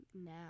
now